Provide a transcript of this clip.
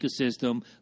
ecosystem